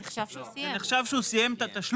זה נחשב שהוא סיים את התשלום,